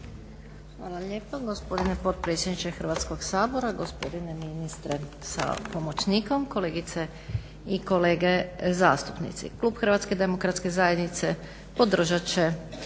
Hvala lijepa gospodine potpredsjedniče Hrvatskoga sabora. Gospodine ministre sa pomoćnikom, kolegice i kolege zastupnici. Klub HDZ-a podržat će